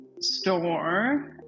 store